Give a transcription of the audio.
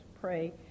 pray